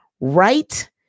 Right